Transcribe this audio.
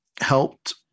helped